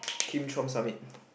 Kim Trump summit